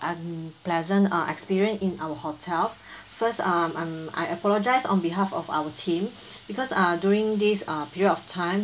unpleasant err experience in our hotel first um I'm I apologize on behalf of our team because err during this err period of time